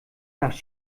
nach